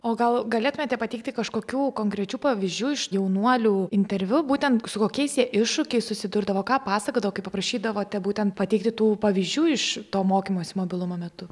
o gal galėtumėte pateikti kažkokių konkrečių pavyzdžių iš jaunuolių interviu būtent su kokiais jie iššūkiais susidurdavo ką pasakodavo kai paprašydavote būtent pateikti tų pavyzdžių iš to mokymosi mobilumo metu